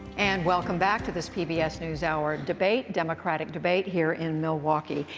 and, welcome back to this pbs newshour debate, democratic debate, here in milwaukee.